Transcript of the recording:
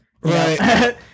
Right